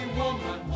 woman